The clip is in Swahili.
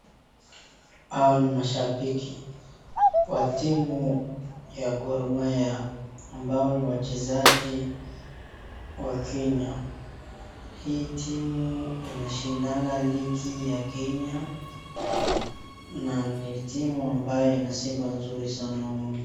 Hawa ni mashabiki wa timu ya Gor Mahia ambao ni wachezaji wa Kenya. Hii timu inashindanga ligi ya Kenya na ni timu ambayo inasifa mzuri sana humu nchini.